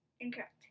Incorrect